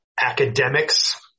academics